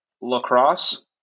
lacrosse